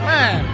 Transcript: Man